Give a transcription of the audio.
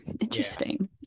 Interesting